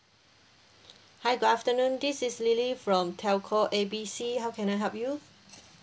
hi good afternoon this is lily from telco A B C how can I help you